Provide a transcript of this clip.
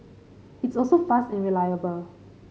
it's also fast and reliable